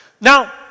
Now